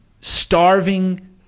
starving